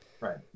Right